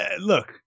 look